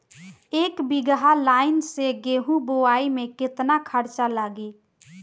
एक बीगहा लाईन से गेहूं बोआई में केतना खर्चा लागी?